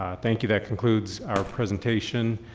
thank you, that concludes our presentation.